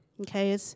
Okay